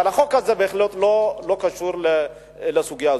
אבל החוק הזה, בהחלט, לא קשור לסוגיה הזאת.